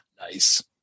nice